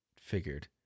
figured